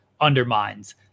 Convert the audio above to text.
undermines